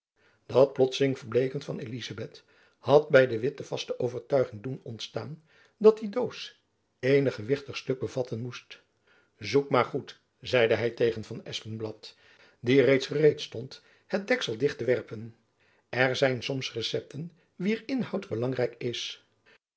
dat plotseling verbleeken van elizabeth had by de witt de vaste overtuiging doen ontstaan dat die doos eenig gewichtig stuk bevatten moest zoek maar goed zeide hy tegen van espenblad jacob van lennep elizabeth musch die reeds gereed stond het deksel dicht te werpen er zijn soms recepten wier inhoud belangrijk is